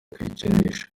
kwikinisha